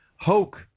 Hoke